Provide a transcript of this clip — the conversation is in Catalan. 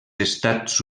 estats